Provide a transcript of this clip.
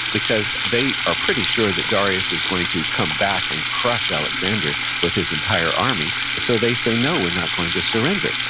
because they are pretty sure that darius is going to come back and crush alexander with his entire army so, they say, no, we're not going to surrender.